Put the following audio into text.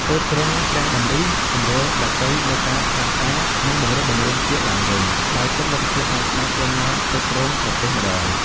ទើបទ្រង់ព្រះតម្រិះសម្រួលព្រះទ័យលើការផ្សះផ្សា និងបង្រួបបង្រួមជាតិឡើងវិញ ដោយទុកលទ្ធភាពឱ្យស្ដេចចេនឡាគ្រប់គ្រងប្រទេសម្តង។